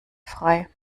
frei